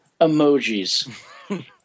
Emojis